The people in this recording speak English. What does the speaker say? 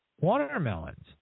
Watermelons